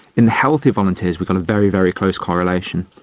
in the healthy volunteers we kind of very, very close correlation.